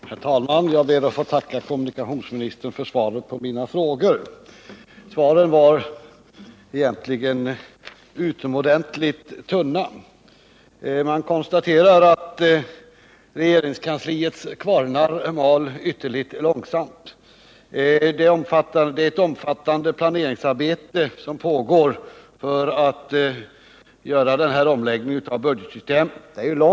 Herr talman! Jag ber att få tacka kommunikationsministern för svaren på mina frågor. Svaren var egentligen utomordentligt tunna. Jag konstaterar att regeringskansliets kvarnar mal ytterligt långsamt. Ett omfattande planeringsarbete pågår för att göra den här omläggningen av budgetsystemet, säger kommunikationsministern.